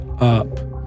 up